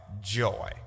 joy